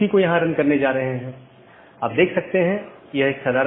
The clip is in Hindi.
इसलिए पथ को परिभाषित करना होगा